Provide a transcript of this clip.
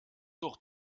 doch